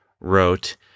wrote